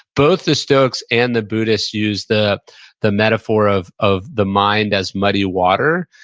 both the stoics and the buddhists use the the metaphor of of the mind as muddy water,